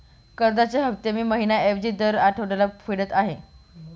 कर्जाचे हफ्ते मी महिन्या ऐवजी दर आठवड्याला फेडत आहे